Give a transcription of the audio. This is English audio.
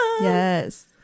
yes